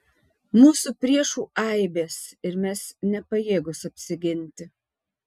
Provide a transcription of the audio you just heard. mūsų priešų aibės ir mes nepajėgūs apsiginti